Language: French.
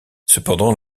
cependant